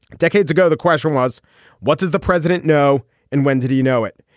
decades ago the question was what does the president know and when did he know it.